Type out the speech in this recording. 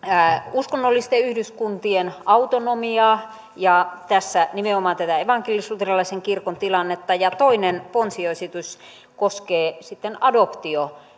uskonnollisten yhdyskuntien autonomiaa ja nimenomaan tätä evankelisluterilaisen kirkon tilannetta ja toinen ponsiesitys koskee sitten adoptio